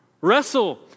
Wrestle